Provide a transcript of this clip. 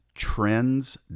Trends